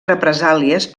represàlies